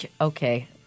Okay